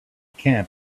camp